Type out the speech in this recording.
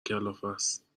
کلافست